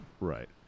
Right